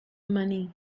money